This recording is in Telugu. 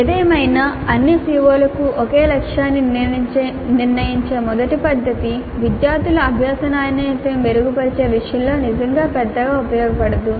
ఏదేమైనా అన్ని CO లకు ఒకే లక్ష్యాన్ని నిర్ణయించే మొదటి పద్ధతి విద్యార్థుల అభ్యాస నాణ్యతను మెరుగుపరిచే విషయంలో నిజంగా పెద్దగా ఉపయోగపడదు